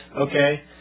okay